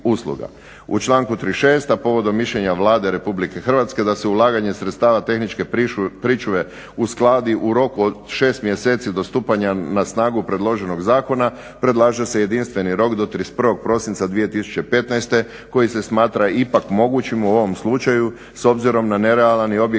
U članku 36. a povodom mišljenja Vlade Republike Hrvatske, da se ulaganje sredstava tehničke pričuve uskladi u roku od šest mjeseci do stupanja na snagu predloženog zakona predlaže se jedinstveni rok do 31. prosinca 2015. koji se smatra ipak mogućim u ovom slučaju s obzirom na nerealan i objektivno